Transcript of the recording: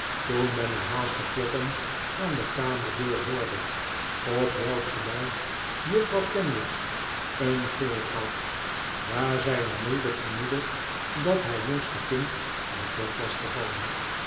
toen men een haastig kloppen aan de kamerdeur hoorde op welk geluid juffrouw kenwigs een gil gaf daar zij onmiddellijk vermoedde dat haar jongste kind uit bed was gevallen